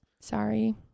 sorry